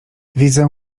widzę